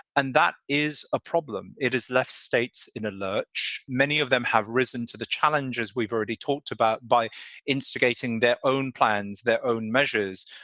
and that is a problem. it has left states in a lurch. many of them have risen to the challenge, as we've already talked about, by instigating their own plans, their own measures.